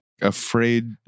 afraid